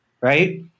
right